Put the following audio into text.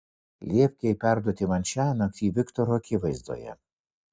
liepk jai perduoti man šiąnakt jį viktoro akivaizdoje